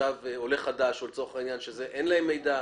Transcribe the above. עולה חדש שאין להם מידע,